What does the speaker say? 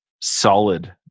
solid